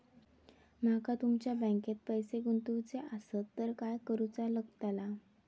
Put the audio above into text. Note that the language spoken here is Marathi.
माका तुमच्या बँकेत पैसे गुंतवूचे आसत तर काय कारुचा लगतला?